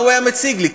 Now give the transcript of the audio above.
מה הוא היה מציג לי?